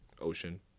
ocean